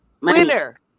winner